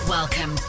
Welcome